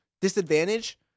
disadvantage